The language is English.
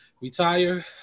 retire